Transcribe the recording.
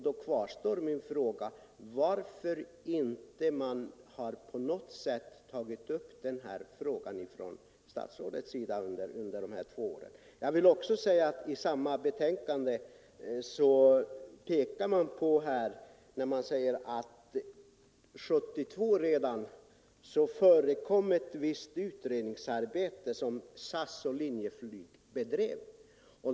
Då kvarstår min fråga: Varför har statsrådet inte tagit upp denna fråga under dessa två år? I trafikutskottets betänkande 1972 pekade man på att SAS och Linjeflyg redan höll på med vissa utredningar.